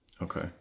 Okay